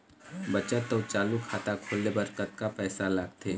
बचत अऊ चालू खाता खोले बर कतका पैसा लगथे?